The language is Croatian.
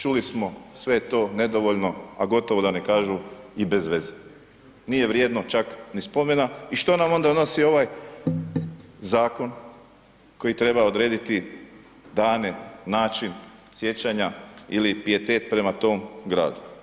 Čuli smo, sve je to nedovoljno, a gotovo da ne kažu i bez veze, nije vrijedno čak ni spomena, i što nam onda nosi ovaj Zakon koji treba odrediti dane, način, sjećanja ili pijetet prema tom Gradu.